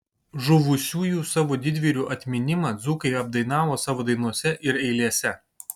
žuvusiųjų savo didvyrių atminimą dzūkai apdainavo savo dainose ir eilėse